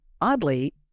oddly